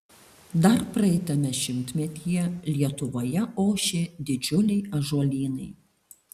dar praeitame šimtmetyje lietuvoje ošė didžiuliai ąžuolynai